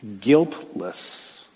Guiltless